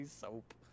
soap